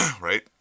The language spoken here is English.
right